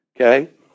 Okay